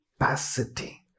capacity